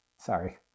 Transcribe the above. Sorry